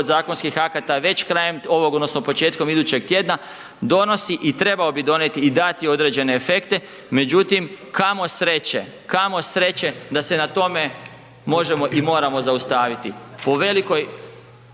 podzakonskih akata već krajem ovog odnosno početkom idućeg tjedna, donosi i trebao bi donijeti i dati određene efekte, međutim kamo sreće, kamo sreće da se na tome možemo i moramo zaustaviti.